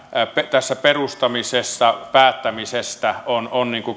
tässä perustamisesta päättämisessä on